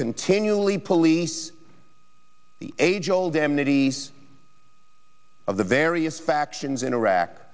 continually police the age old mts of the various factions in iraq